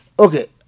Okay